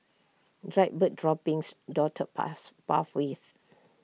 dried bird droppings dotted path pathways